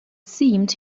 seemed